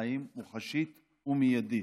חיים מוחשית ומיידית.